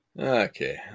Okay